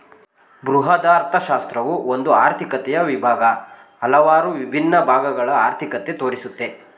ಬೃಹದರ್ಥಶಾಸ್ತ್ರವು ಒಂದು ಆರ್ಥಿಕತೆಯ ವಿಭಾಗ, ಹಲವಾರು ವಿಭಿನ್ನ ಭಾಗಗಳ ಅರ್ಥಿಕತೆ ತೋರಿಸುತ್ತೆ